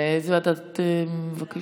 לאיזו ועדה את מבקשת?